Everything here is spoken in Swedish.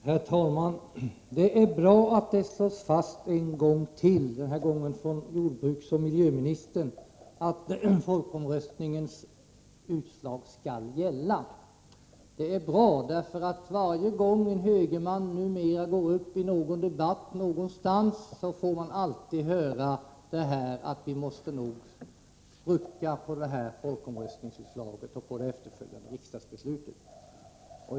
Herr talman! Det är bra att det slås fast en gång till — den här gången från jordbruksoch miljöministern — att folkomröstningens utslag skall gälla. Det är bra, därför att varje gång en högerman numera går upp i en debatt någonstans får man höra att vi nog måste rucka på utslaget av folkomröstningen och det efterföljande riksdagsbeslutet.